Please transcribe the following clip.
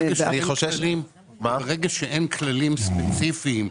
אני חושש שברגע שאין כללים ספציפיים,